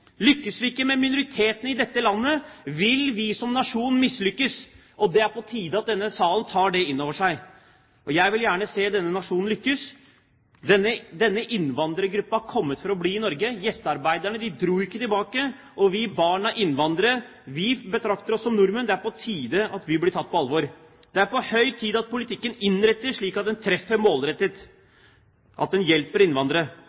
Lykkes vi ikke med minoritetene i dette landet, vil vi som nasjon mislykkes, og det er på tide at denne salen tar det inn over seg. Jeg vil gjerne se at denne nasjonen lykkes. Denne innvandrergruppen er kommet for å bli i Norge. Gjestearbeiderne dro ikke tilbake, og vi, barn av innvandrere, betrakter oss som nordmenn. Det er på tide at vi blir tatt på alvor. Det er på høy tid at politikken innrettes slik at den treffer målrettet, at den hjelper innvandrere.